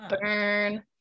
Burn